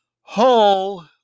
whole